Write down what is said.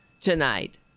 tonight